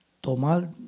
tomar